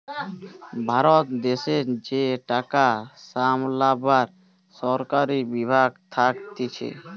ভারত দেশের যে টাকা সামলাবার সরকারি বিভাগ থাকতিছে